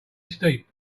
steep